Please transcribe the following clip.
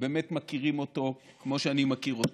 באמת מכירים אותו כמו שאני מכיר אותו,